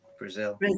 Brazil